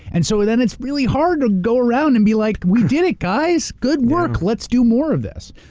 and so, then it's really hard to go around and be like, we did it guys, good work! let's do more of this.